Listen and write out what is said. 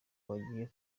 bagiye